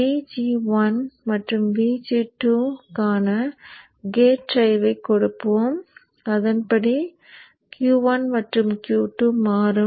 Vg1 மற்றும் Vg2 க்கான gate டிரைவைக் கொடுப்போம் அதன்படி Q1 மற்றும் Q2 மாறும்